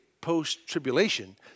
post-tribulation